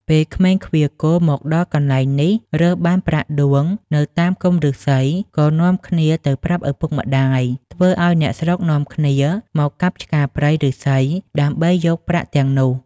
ពេលក្មេងឃ្វាលគោមកដល់កន្លែងនេះរើសបានប្រាក់ដួងនៅតាមគុម្ពឫស្សី ក៏នាំគ្នាទៅប្រាប់ឪពុកម្ដាយ ធ្វើឲ្យអ្នកស្រុកនាំគ្នាមកកាប់ឆ្ការព្រៃឫស្សីដើម្បីយកប្រាក់ទាំងនោះ។